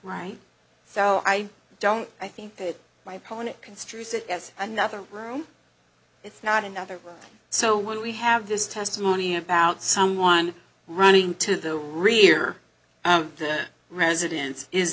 right so i don't i think that my opponent construes it as another room it's not another room so when we have this testimony about someone running to the rear of the residence is